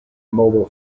mobile